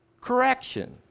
correction